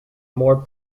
more